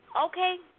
Okay